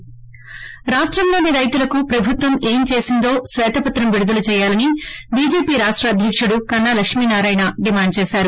ి రాష్టంలోని రైతులకు ప్రభుత్వం ఏం చేసిందో శ్వేతపత్రం విడుదల చేయాలని బీజేపి రాష్ట్ర అధ్యకుడు కన్నా లక్ష్మీ నారాయణ డిమాండ్ చేసారు